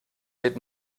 wird